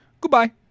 Goodbye